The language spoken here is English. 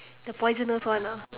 the poisonous one ah